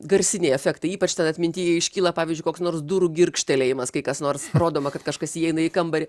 garsiniai efektai ypač tada atmintyje iškyla pavyzdžiui koks nors durų girgžtelėjimas kai kas nors rodoma kad kažkas įeina į kambarį